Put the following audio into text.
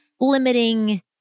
limiting